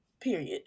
Period